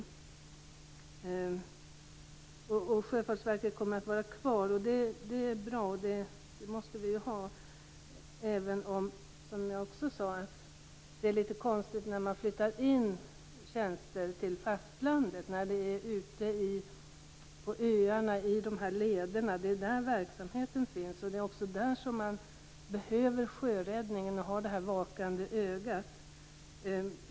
Det är bra att Sjöfartsverket kommer att vara kvar, och det måste det ju vara även om det är litet konstigt att man flyttar in tjänster till fastlandet när det är ute på öarna som verksamheten finns. Det är också där som man behöver sjöräddningen, det vakande ögat.